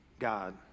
God